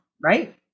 Right